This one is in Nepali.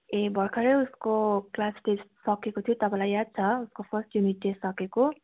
ए भर्खरै उसको क्लास टेस्ट सकिएको थियो तपाईँलाई याद छ उसको फर्स्ट युनिट टेस्ट सकिएको